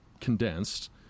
condensed